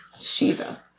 Shiva